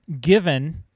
given